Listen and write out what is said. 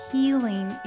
healing